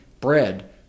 bread